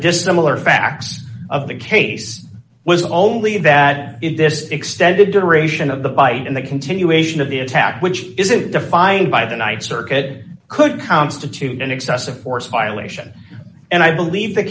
dissimilar facts of the case was only that if this extended generation of the bite and the continuation of the attack which isn't defined by the night circuit could constitute an excessive force violation and i believe the